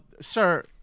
Sir